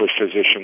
physicians